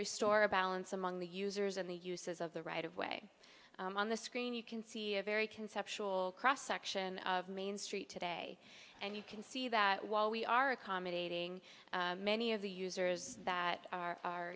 restore a balance among the users and the uses of the right of way on the screen you can see a very conceptual cross section of main street today and you can see that while we are accommodating many of the users that are